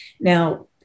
Now